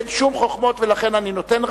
אין שום חוכמות, ולכן אני נותן.